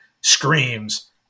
screams